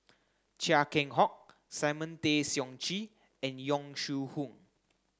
Chia Keng Hock Simon Tay Seong Chee and Yong Shu Hoong